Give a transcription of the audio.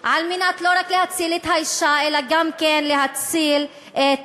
לא רק על מנת להציל את האישה אלא גם כן להציל את